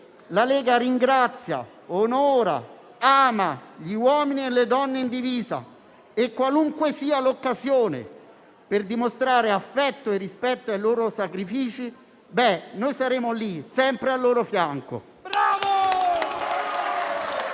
la Lega ringrazia, onora, ama gli uomini e le donne in divisa e qualunque sia l'occasione per dimostrare affetto e rispetto ai loro sacrifici, noi saremo lì, sempre al loro fianco.